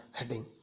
heading